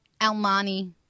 Almani